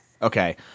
Okay